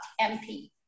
MP